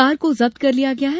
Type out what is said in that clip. car को जब्त कर लिया गया है